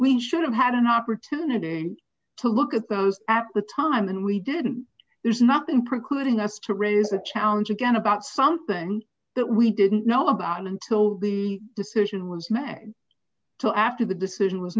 we should have had an opportunity to look at those at the time and we didn't there's nothing precluding us to raise a challenge again about something that we didn't know about until the decision was mad so after the decision was